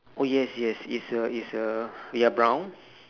oh yes yes it's a it's a ya brown